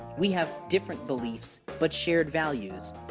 we have different beliefs, but shared values,